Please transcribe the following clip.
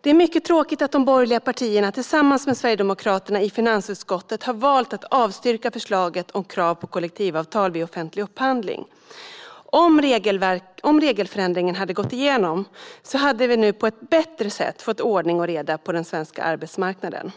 Det är mycket tråkigt att de borgerliga partierna tillsammans med Sverigedemokraterna i finansutskottet har valt att avstyrka förslaget om krav på kollektivavtal vid offentlig upphandling. Om regelförändringen hade gått igenom hade vi nu på ett bättre sätt fått ordning och reda på den svenska arbetsmarknaden.